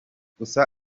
gusa